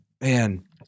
Man